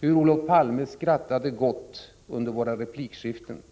hur Olof Palme skrattade gott under våra replikskiften.